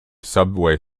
subway